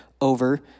over